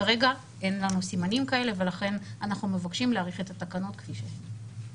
כרגע אין לנו סימנים כאלה ולכן אנחנו מבקשים להאריך את התקנות כפי שהן.